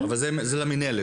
אבל זה גם מתוך תפיסה